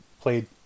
played